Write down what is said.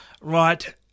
right